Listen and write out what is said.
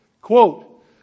Quote